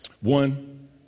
One